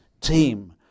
team